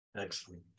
excellent